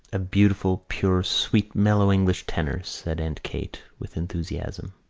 a beautiful, pure, sweet, mellow english tenor, said aunt kate with enthusiasm.